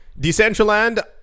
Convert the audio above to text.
Decentraland